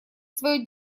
свое